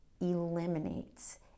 eliminates